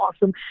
awesome